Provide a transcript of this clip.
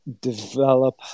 develop